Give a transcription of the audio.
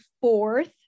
fourth